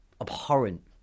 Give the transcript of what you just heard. Abhorrent